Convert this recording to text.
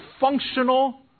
functional